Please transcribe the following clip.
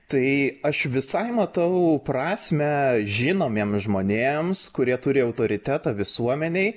tai aš visai matau prasmę žinomiem žmonėms kurie turi autoritetą visuomenėj